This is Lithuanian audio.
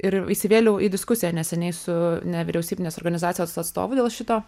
ir įsivėliau į diskusiją neseniai su nevyriausybinės organizacijos atstovu dėl šito